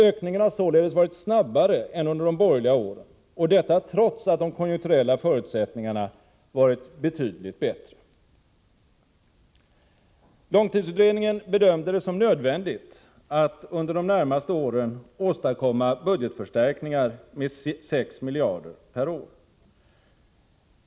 Ökningen har således varit snabbare än under de borgerliga åren, detta trots att de konjunkturella förutsättningarna varit betydligt bättre. Långtidsutredningen bedömer det som nödvändigt att under de närmaste åren åstadkomma budgetförstärkningar med 6 miljarder per år.